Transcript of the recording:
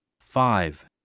five